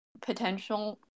potential